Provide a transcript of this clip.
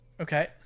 Okay